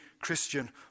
Christian